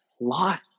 Life